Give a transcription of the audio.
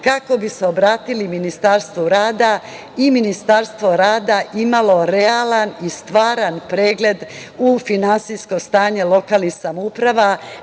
kako bi se obratili Ministarstvu rada i Ministarstvo rada imalo realan i stvaran pregled u finansijsko stanje lokalnih samouprava